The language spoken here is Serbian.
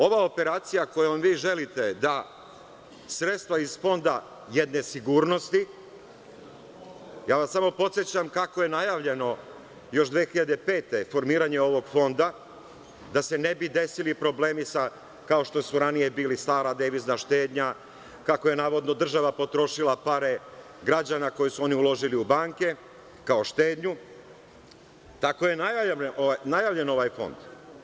Ova operacija kojom vi želite da sredstva iz Fonda jedne sigurnosti, ja vas samo podsećam kako je najavljeno još 2005. godine formiranje ovog Fonda, da se ne bi desili problemi kao što su ranije bili stara devizna štednja, kako je navodno država potrošila pare građana koje su oni uložili u banke kao štednju, tako je najavljen ovaj Fond.